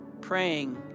praying